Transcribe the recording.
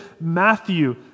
Matthew